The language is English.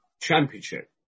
championship